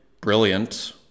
brilliant